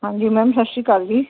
ਹਾਂਜੀ ਮੈਮ ਸਤਿ ਸ਼੍ਰੀ ਅਕਾਲ ਜੀ